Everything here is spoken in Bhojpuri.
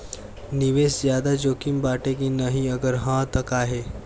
निवेस ज्यादा जोकिम बाटे कि नाहीं अगर हा तह काहे?